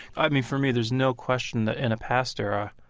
i mean, for me, there's no question in a past era,